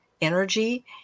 energy